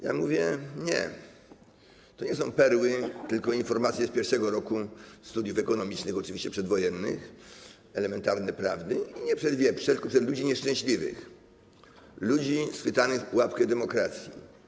Ja mówię: Nie, to nie są perły, tylko informacje z pierwszego roku studiów ekonomicznych, oczywiście przedwojennych, elementarna prawda, i nie przed wieprze, tylko przed ludzi nieszczęśliwych, ludzi schwytanych w pułapkę demokracji.